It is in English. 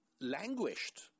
languished